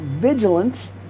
vigilant